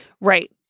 Right